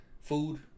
Food